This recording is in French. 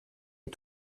est